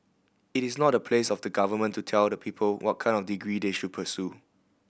it is not the place of the Government to tell the people what kind of degree they should pursue